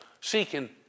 seeking